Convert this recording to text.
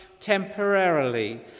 temporarily